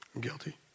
Guilty